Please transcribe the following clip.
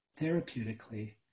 therapeutically